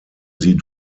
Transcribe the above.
sie